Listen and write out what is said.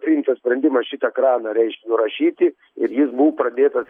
priimtas sprendimas šitą kraną reišk nurašyti ir jis buvo pradėtas